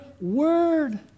word